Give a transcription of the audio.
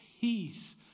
peace